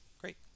Great